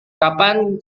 kapan